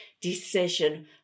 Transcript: decision